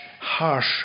harsh